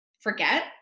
forget